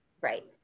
right